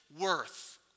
worth